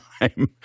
time